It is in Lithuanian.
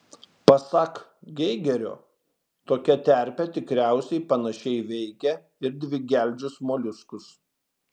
pasak geigerio tokia terpė tikriausiai panašiai veikia ir dvigeldžius moliuskus